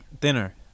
Dinner